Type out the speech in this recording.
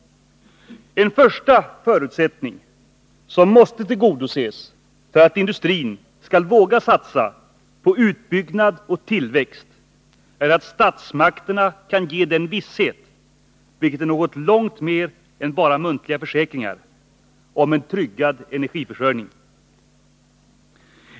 En första förutsättning, som måste tillgodoses för att industrin skall våga satsa på utbyggnad och tillväxt, är att statsmakterna kan ge visshet — vilket är något långt mer än bara muntliga försäkringar — om en tryggad energiförsörjning.